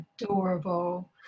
adorable